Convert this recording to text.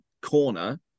corner